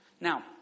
Now